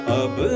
ab